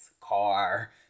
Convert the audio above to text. car